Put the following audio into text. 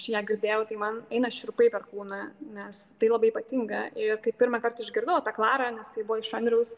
aš ją girdėjau tai man eina šiurpai per kūną nes tai labai ypatinga ir kai pirmąkart išgirdau apie klarą nes tai buvo iš andriaus